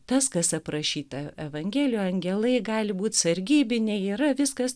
tas kas aprašyta evangelijoje angelai gali būt sargybiniai yra viskas